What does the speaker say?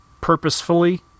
purposefully